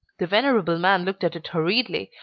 the venerable man looked at it hurriedly,